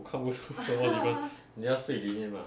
我看不出什么 difference 你要睡里面 mah